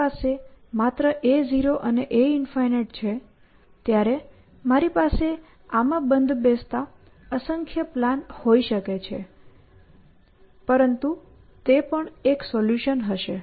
શરૂઆતમાં જ્યારે મારી પાસે માત્ર a0 અને a∞ છે ત્યારે મારી પાસે આ માં બંધ બેસતા અસંખ્ય પ્લાન્સ હોઈ શકે છે અને પરંતુ તે પણ એક સોલ્યુશન હશે